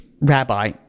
rabbi